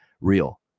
real